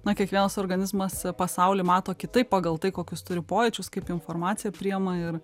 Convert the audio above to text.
na kiekvienas organizmas pasaulį mato kitaip pagal tai kokius turi pojūčius kaip informaciją priima ir